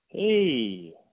Hey